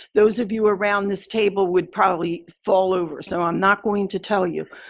those of you around this table would probably fall over. so i'm not going to tell you.